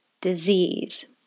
disease